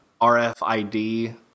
RFID